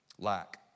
Lack